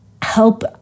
help